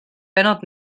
bennod